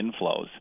inflows